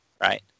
Right